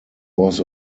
was